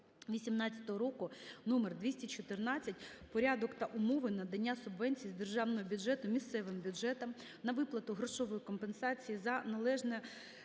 2018 року № 214 "Порядок та умови надання субвенції з державного бюджету місцевим бюджетам на виплату грошової компенсації за належні